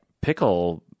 pickle